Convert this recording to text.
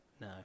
no